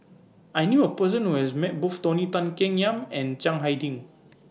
I knew A Person Who has Met Both Tony Tan Keng Yam and Chiang Hai Ding